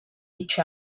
each